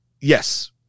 yes